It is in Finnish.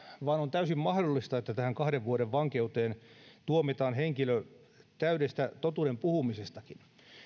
vaan on täysin mahdollista että tähän kahden vuoden vankeuteen tuomitaan henkilö täydestä totuuden puhumisestakin